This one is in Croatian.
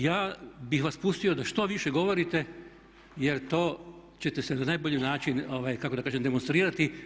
Ja bih vas pustio da što više govorite jer tako ćete se na najbolji način kako da kažem demonstrirati.